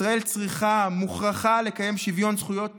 ישראל צריכה, מוכרחה, לקיים שוויון זכויות